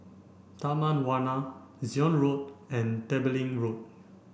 Taman Warna Zion Road and Tembeling Road